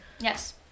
Yes